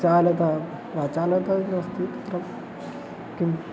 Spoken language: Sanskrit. चालकः प्रचालकः इति नास्ति तत्र किम्